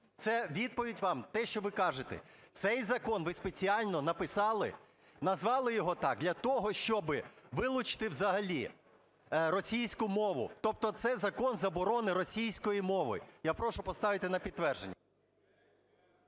Це відповідь вам на те, що ви кажете. Цей закон ви спеціально написали, назвали його так для того, щоби вилучити взагалі російську мову. Тобто це закон заборони російської мови. Я прошу поставити на підтвердження.